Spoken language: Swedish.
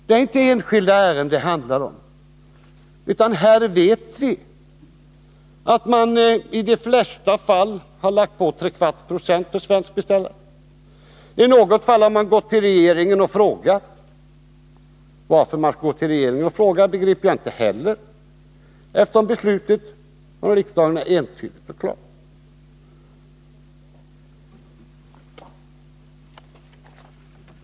Det är inte enskilda ärenden det handlar om, utan här vet vi att man i de flesta fall har lagt på 3/4 90 för svenska beställare. I något fall har man gått till regeringen och frågat. Varför man skall fråga regeringen begriper jag inte heller, eftersom riksdagens beslut är entydigt och klart.